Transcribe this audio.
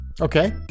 Okay